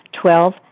Twelve